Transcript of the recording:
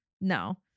no